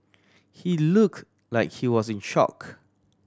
he looked like he was in shock